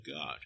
God